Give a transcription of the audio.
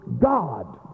God